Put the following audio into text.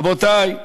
רבותי,